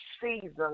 season